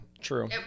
True